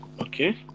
Okay